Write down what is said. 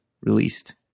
released